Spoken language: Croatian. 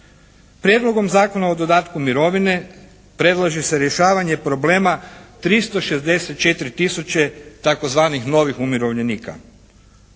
Prijedlogom zakona o dodatku mirovine predlaže se rješavanje problema 364 tisuće tzv. novih umirovljenika.